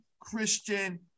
Christian